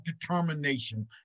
determination